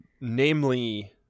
namely